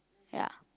ya